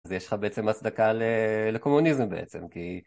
אז יש לך בעצם הצדקה ל... לקומוניזם בעצם, כי...